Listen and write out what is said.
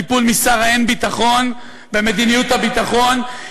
את הטיפול משר האין-ביטחון במדיניות הביטחון,